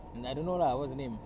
mm I don't know lah what's the name